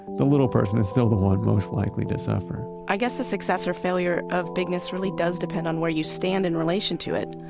the little person is still the one most likely to suffer i guess the success or failure of bigness really does depend on where you stand in relation to it.